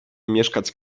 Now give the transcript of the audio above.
mieszkać